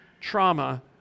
trauma